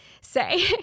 say